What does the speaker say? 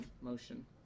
motion